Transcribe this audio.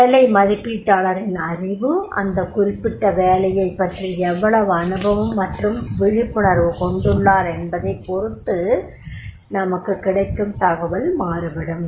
வேலை மதிப்பீட்டாளரின் அறிவு அந்த குறிப்பிட்ட வேலையை பற்றி எவ்வளவு அனுபவம் மற்றும் விழிப்புணர்வு கொண்டுள்ளார் என்பதைப் பொருத்து நமக்குக் கிடைக்கும் தகவல் மாறுபடும்